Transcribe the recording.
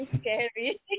scary